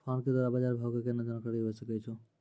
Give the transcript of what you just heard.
Phone के द्वारा बाज़ार भाव के केना जानकारी होय सकै छौ?